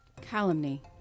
Calumny